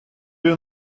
you